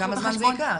כמה זמן זה ייקח?